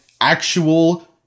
actual